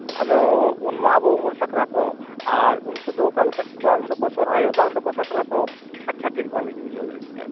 ᱟᱫᱚ ᱩᱱ ᱢᱟ ᱟᱵᱚ ᱢᱟᱵᱚᱱ ᱥᱟᱠᱨᱟᱛᱚᱜ ᱟᱨ ᱩᱱᱠᱩ ᱫᱚ ᱚᱠᱟᱞᱮᱠᱟ ᱪᱚ ᱵᱟᱝ ᱫᱚᱠᱚ ᱥᱚᱨᱦᱟᱭᱚᱜ ᱵᱟᱝ ᱫᱚᱠᱚ ᱥᱟᱠᱨᱟᱛᱚᱜ ᱟᱪᱪᱷᱟ ᱴᱷᱤᱠ ᱵᱟᱞᱤᱧ ᱵᱩᱡᱷᱟᱹᱣ ᱫᱟᱲᱮᱜ ᱜᱮᱭᱟ